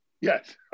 Yes